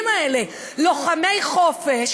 האלה של שלושת הנערים "לוחמי חופש",